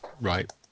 Right